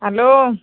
hello